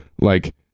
like-